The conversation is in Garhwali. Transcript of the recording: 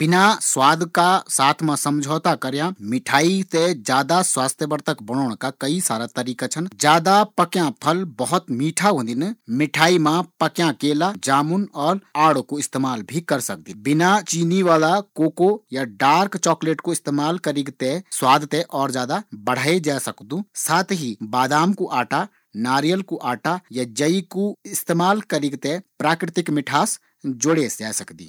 बिन स्वाद का साथ मा समझौता करया मिठाई ते बिन चीनी की मीठी बणोंण का वास्ता वे मा ज्यादा पकया फलो कु रस या मुरब्बा मिलाये जा सकदू, पकया केला आड़ू और जामुन ये कु बेहतर विकल्प च